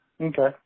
Okay